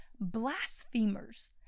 Blasphemers